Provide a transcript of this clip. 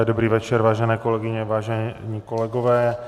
Dobrý večer, vážené kolegyně, vážení kolegové.